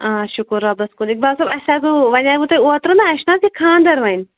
آ شُکُر رۄبَس کُن اِقبال صٲب اَسہِ حظ وَنیوٕ تۄہہِ اوترٕ نہ اَسہِ چھِنہ حظ یہِ خانٛدَر وۄنۍ